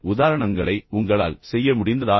உதாரணங்களை உங்களால் செய்ய முடிந்ததா